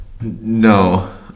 no